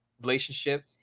relationship